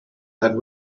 that